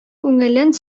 күңелен